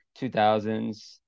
2000s